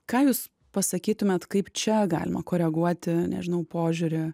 ką jūs pasakytumėt kaip čia galima koreguoti nežinau požiūrį